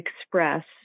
express